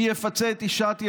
מי יפצה את תשעת ילדינו,